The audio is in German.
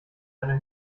eine